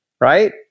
right